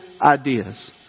ideas